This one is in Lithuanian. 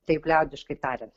taip liaudiškai tariant